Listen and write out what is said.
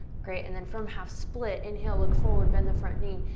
great, and then from half split, inhale, look forward, bend the front knee.